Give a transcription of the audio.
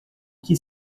que